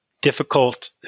difficult